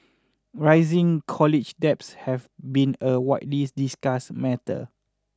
rising college debts have been a widely discussed matter